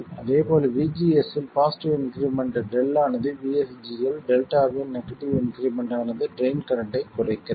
அதே போல VGS இல் பாசிட்டிவ் இன்க்ரிமெண்ட் Δ ஆனது VSG இல் டெல்டாவின் நெகட்டிவ் இன்க்ரிமெண்ட் ஆனது ட்ரைன் கரண்ட்டைக் குறைக்கிறது